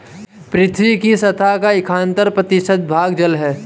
पृथ्वी की सतह का इकहत्तर प्रतिशत भाग जल है